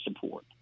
support